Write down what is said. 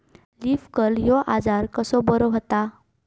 Leaf curl ह्यो आजार कसो बरो व्हता?